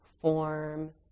form